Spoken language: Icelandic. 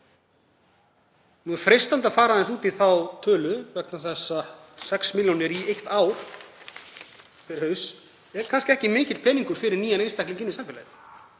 Nú er freistandi að fara aðeins út í þá tölu vegna þess að 6 milljónir í eitt ár á hvern haus er kannski ekki mikill peningur fyrir nýjan einstakling í samfélaginu